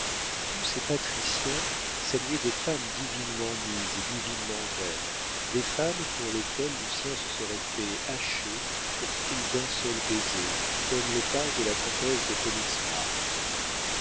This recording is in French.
tous ces patriciens saluaient des femmes divinement mises et divinement belles des femmes pour lesquelles lucien se serait fait hacher pour prix d'un seul baiser comme le page de la comtesse de